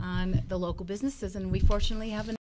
the local businesses and we fortunately haven't